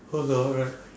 alright